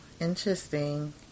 interesting